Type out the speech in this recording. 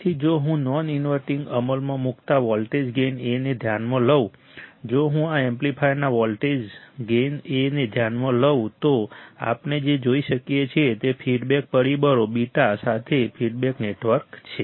તેથી જો હું નોન ઇન્વર્ટિંગ અમલમાં મૂકતા વોલ્ટેજ ગેઇન A ને ધ્યાનમાં લઉં જો હું આ એમ્પ્લીફાયરના વોલ્ટેજ ગેઇન A ને ધ્યાનમાં લઉં તો આપણે જે જોઈ શકીએ છીએ તે ફીડબેક પરિબળ β સાથેનું ફીડબેક નેટવર્ક છે